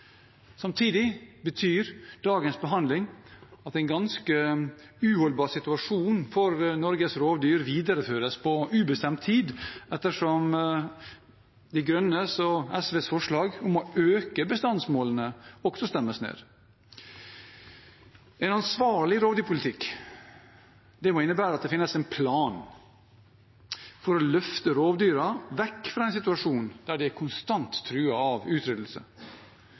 Samtidig betyr dagens behandling at en ganske uholdbar situasjon for Norges rovdyr videreføres på ubestemt tid, ettersom De Grønne og SVs forslag om å øke bestandsmålene også stemmes ned. En ansvarlig rovdyrpolitikk må innebære at det finnes en plan for å løfte rovdyrene vekk fra en situasjon der de er konstant truet av utryddelse.